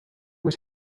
was